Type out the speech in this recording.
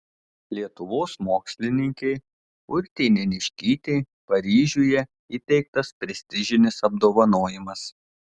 lietuvos mokslininkei urtei neniškytei paryžiuje įteiktas prestižinis apdovanojimas